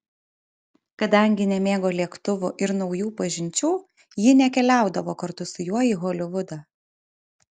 kadangi nemėgo lėktuvų ir naujų pažinčių ji nekeliaudavo kartu su juo į holivudą